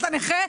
אתה נכה,